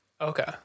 Okay